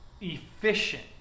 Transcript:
efficient